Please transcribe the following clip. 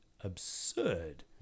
absurd